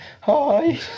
Hi